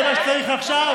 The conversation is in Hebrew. זה מה שצריך עכשיו?